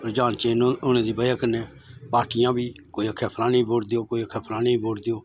रुझान चेंज होने दी बजह कन्नै पार्टियां बी कुसै आखेआ फलानी गी वोट देओ कोई आक्खै फलानी गी वोट देओ